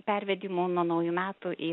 pervedimų nuo naujų metų į